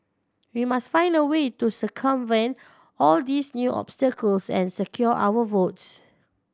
we must find a way to circumvent all these new obstacles and secure our votes